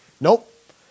Nope